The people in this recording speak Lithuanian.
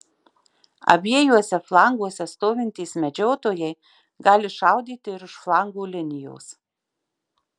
abiejuose flanguose stovintys medžiotojai gali šaudyti ir už flangų linijos